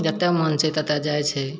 जतऽ मन छै ततऽ जाइत छै